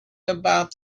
about